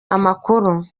amakuru